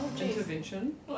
Intervention